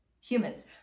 humans